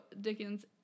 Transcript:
Dickens